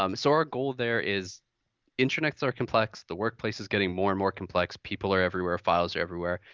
um so, our goal there is intranets are complex, the workplace is getting more and more complex, people are everywhere, files are everywhere.